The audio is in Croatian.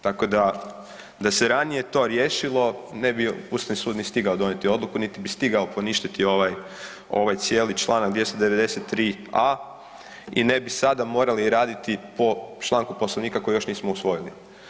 Tako da, da se ranije to riješilo, ne bi Ustavni sud ni stigao donijeti odluku biti bi stigao poništiti ovaj cijeli čl. 293.a i ne bi sada morali raditi po članku Poslovnika koji još nismo usvojili.